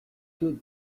cuts